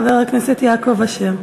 חבר הכנסת יעקב אשר.